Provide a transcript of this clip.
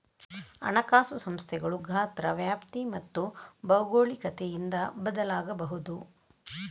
ಹಣಕಾಸು ಸಂಸ್ಥೆಗಳು ಗಾತ್ರ, ವ್ಯಾಪ್ತಿ ಮತ್ತು ಭೌಗೋಳಿಕತೆಯಿಂದ ಬದಲಾಗಬಹುದು